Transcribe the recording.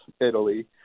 Italy